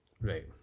Right